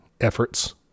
efforts